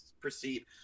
proceed